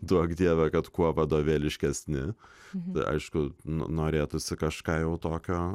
duok dieve kad kuo vadovėliškesni aišku norėtųsi kažką jau tokio